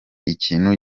ikintu